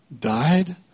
died